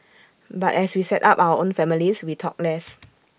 but as we set up our own families we talked less